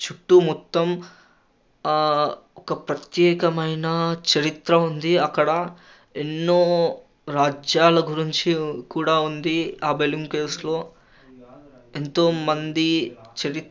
చుట్టు మొత్తం ఒక ప్రత్యేకమైన చరిత్ర ఉంది అక్కడ ఎన్నో రాజ్యాల గురించి కూడా ఉంది ఆ బెలూమ్ కేవ్స్లో ఎంతోమంది చరి